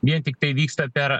vien tiktai vyksta per